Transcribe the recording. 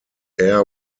air